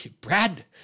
Brad